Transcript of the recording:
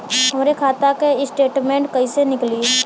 हमरे खाता के स्टेटमेंट कइसे निकली?